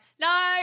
no